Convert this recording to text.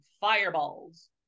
fireballs